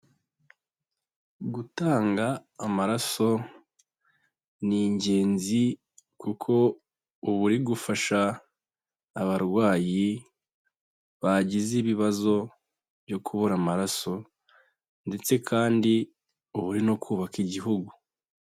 Gutanga amaraso ni ingenzi, kuko ubu uri gufasha abarwayi bagize ibibazo byo kubura amaraso ndetse kandi uba uri no kubaka igihugu.